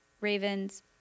ravens